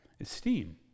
esteem